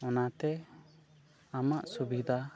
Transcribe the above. ᱚᱱᱟᱛᱮ ᱟᱢᱟᱜ ᱥᱩᱵᱤᱫᱷᱟ